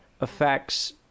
affects